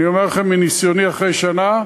אני אומר לכם מניסיוני אחרי שנה,